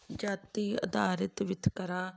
ਜਾਤੀ ਅਧਾਰਿਤ ਵਿਤਕਰਾ